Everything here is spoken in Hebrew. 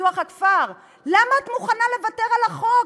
ופיתוח הכפר: למה את מוכנה לוותר על החוק?